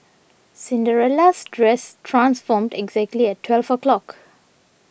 Cinderella's dress transformed exactly at twelve o' clock